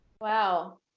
wow